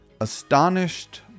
astonished